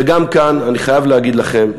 וגם כאן אני חייב להגיד לכם,